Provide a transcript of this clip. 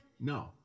No